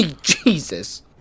Jesus